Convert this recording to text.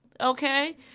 okay